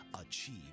achieve